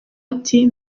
ati